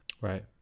Right